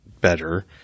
better